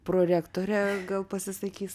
prorektorė gal pasisakys